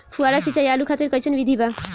फुहारा सिंचाई आलू खातिर कइसन विधि बा?